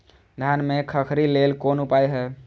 धान में खखरी लेल कोन उपाय हय?